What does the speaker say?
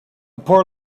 poor